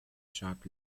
sharp